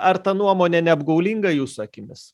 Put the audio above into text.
ar ta nuomonė neapgaulinga jūsų akimis